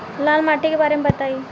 लाल माटी के बारे में बताई